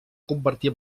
convertir